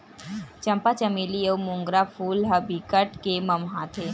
चंपा, चमेली अउ मोंगरा फूल ह बिकट के ममहाथे